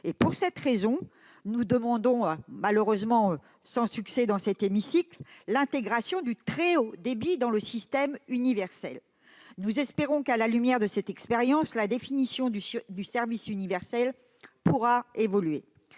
Pour cette raison, nous demandons, malheureusement sans succès jusqu'à présent, l'intégration du très haut débit au service universel. Nous espérons que, à la lumière de cette expérience, la définition du service universel pourra évoluer.